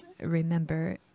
remember